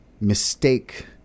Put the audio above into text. mistake